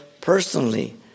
personally